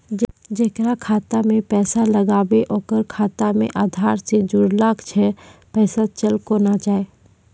जेकरा खाता मैं पैसा लगेबे ओकर खाता मे आधार ने जोड़लऽ छै पैसा चल कोना जाए?